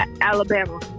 Alabama